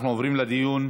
אנחנו עוברים לדיון.